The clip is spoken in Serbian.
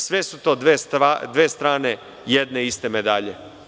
Sve su to dve strane jedne iste medalje.